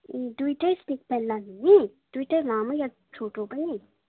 दुइवटै snake plant लानु हुने दुइवटा लामो वा छोटो पनि